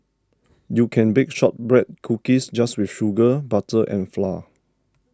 you can bake Shortbread Cookies just with sugar butter and flour